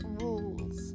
rules